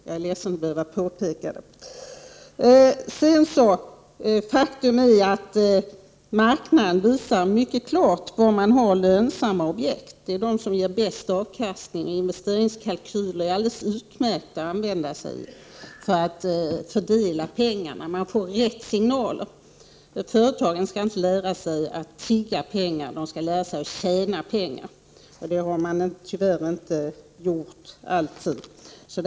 Jag är ledsen över att behöva påpeka det. Faktum är att marknaden visar mycket klart var man har lönsamma objekt. Det är de som ger bäst avkastning. Investeringskalkyler är utmärkta att använda sig av när man skall fördela pengarna. Man får då rätt signaler. Företagen skall inte lära sig att tigga pengar, de skall lära sig att tjäna pengar. Så har man tyvärr inte alltid gjort.